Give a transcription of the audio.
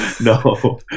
No